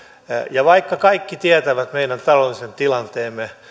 ja vaikka kaikki tietävät meidän taloudellisen tilanteemme